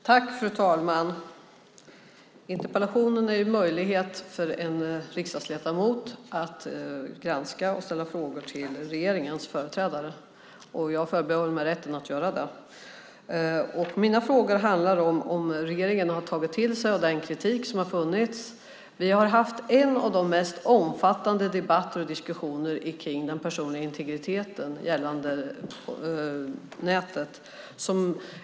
Fru talman! Interpellationen är en möjlighet för en riksdagsledamot att granska och ställa frågor till regeringens företrädare. Jag förbehåller mig rätten att göra det. Det mina frågor handlar om är om regeringen har tagit till sig av den kritik som har funnits. Vi har haft en av de mest omfattande debatterna och diskussionerna om den personliga integriteten när det gäller nätet.